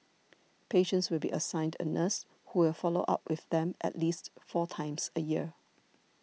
patients will be assigned a nurse who will follow up with them at least four times a year